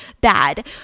bad